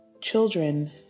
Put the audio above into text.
Children